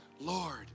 Lord